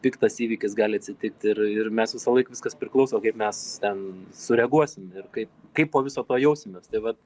piktas įvykis gali atsitikt ir ir mes visąlaik viskas priklauso kaip mes ten sureaguosim ir kaip kaip po viso to jausimės tai vat